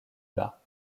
bas